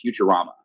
futurama